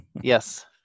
Yes